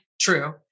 True